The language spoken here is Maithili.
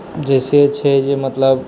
जे से छै मतलब